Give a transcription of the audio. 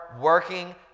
working